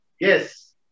Yes